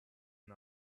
and